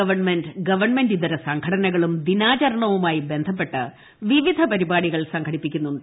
government ഗ്വൺട്മന്റ് ഇതര സംഘടനകളും ദിനാചരണവുമായി ബന്ധ്പ്പെട്ട് വിവിധ പരിപാടികൾ സംഘടിപ്പിക്കുന്നുണ്ട്